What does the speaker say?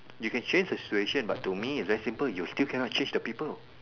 you can change the situation but to me is very simple you still can not change the people